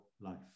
life